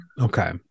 Okay